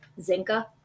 Zinka